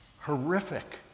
horrific